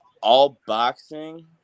all-boxing